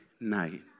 night